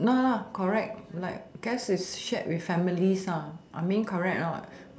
nah lah correct like guess it's shared with families ah I mean correct not